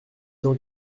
dans